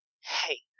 Hey